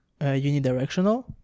Unidirectional